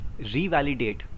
revalidate